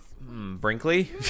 Brinkley